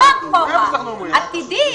לא אחורה אלא עתידית.